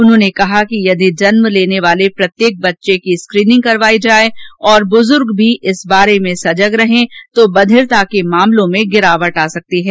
उन्होंने कहा कि यदि जन्म लेने वाले प्रत्येक बच्चे की स्क्रीनिंग करवाई जाए और बुजुर्ग भी इस बारे में सजग रहे तो बधिरता के मामलों में गिरावट आ सकती है